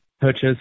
purchase